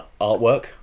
artwork